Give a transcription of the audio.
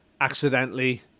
accidentally